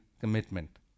commitment